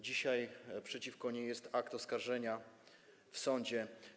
Dzisiaj przeciwko niej jest akt oskarżenia w sądzie.